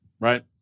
right